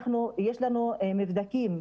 יש לנו מבדקים,